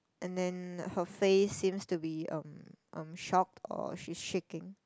and then her face seems to be um shocked or she is shaking